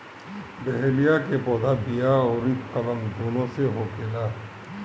dahlia के पौधा बिया अउरी कलम दूनो से होखेला